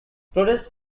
protests